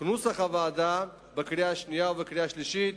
כנוסח הוועדה בקריאה השנייה ובקריאה השלישית.